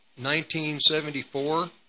1974